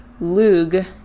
lug